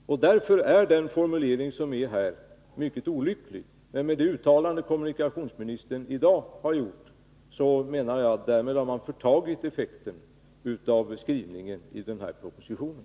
Därför är den formulering jag nyss citerade mycket olycklig. Men med det uttalande som kommunikationsministern i dag har gjort har han förtagit effekten av skrivningen i sparpropositionen.